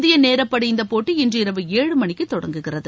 இந்திய நேரப்படி இந்த போட்டி இன்று இரவு ஏழு மணிக்கு தொடங்குகிறது